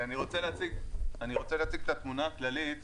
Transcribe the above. אני רוצה להציג את התמונה הכללית.